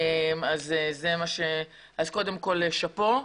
אם כן, קודם כל, שאפו.